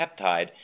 peptide